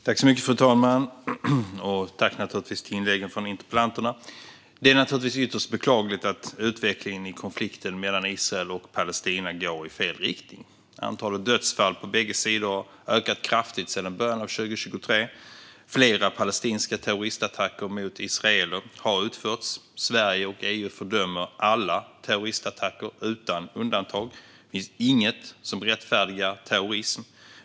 Fru talman! Tack för inläggen från interpellanterna! Det är naturligtvis ytterst beklagligt att utvecklingen i konflikten mellan Israel och Palestina går i fel riktning. Antalet dödsfall på bägge sidor har ökat kraftigt sedan början av 2023. Flera palestinska terroristattacker mot israeler har utförts. Sverige och EU fördömer alla terroristattacker, utan undantag. Det finns inget som rättfärdigar terrorism.